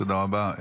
תודה רבה.